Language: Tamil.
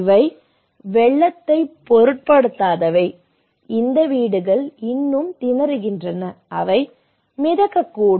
இவை வெள்ளத்தைப் பொருட்படுத்தாதவை இந்த வீடுகள் இன்னும் திணறுகின்றன அவை மிதக்கக்கூடும்